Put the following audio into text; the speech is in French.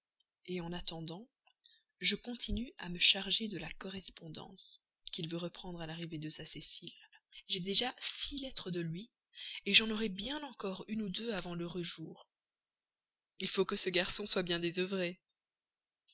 jour en attendant je continue à me charger de la correspondance qu'il veut reprendre à l'arrivée de sa cécile j'ai déjà six lettres de lui j'en aurai bien encore une ou deux avant l'heureux jour il faut que ce garçon-là soit bien désœuvré